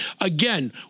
Again